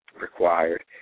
required